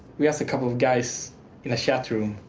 we're just a couple of guys in a chat room.